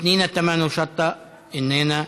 פנינה תמנו-שטה, איננה,